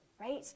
right